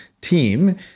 team